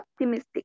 optimistic